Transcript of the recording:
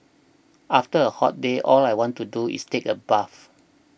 after a hot day all I want to do is take a bath